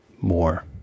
more